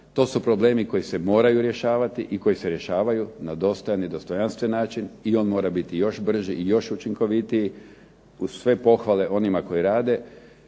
To su problemi koji se moraju rješavati i koji se rješavaju na dostojan i dostojanstven način i on mora biti još brži i još učinkovitiji. Uz sve pohvale onima koji rade